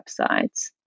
websites